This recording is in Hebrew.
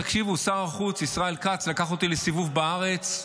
תקשיבו, שר החוץ ישראל כץ לקח אותי לסיבוב בארץ,